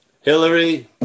Hillary